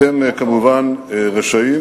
אתם כמובן רשאים